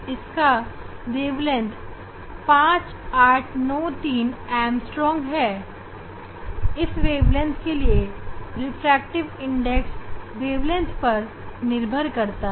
इसकी wavelength 5893 angstrom है और इस का मूल्य रिफ्रैक्टिव इंडेक्स पर निर्भर करता है